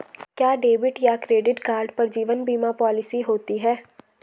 क्या डेबिट या credit card पर जीवन बीमा पॉलिसी होती है?